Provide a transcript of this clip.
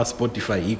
Spotify